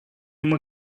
uma